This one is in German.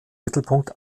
mittelpunkt